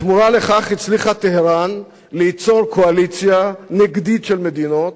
בתמורה לכך הצליחה טהרן ליצור קואליציה נגדית של מדינות,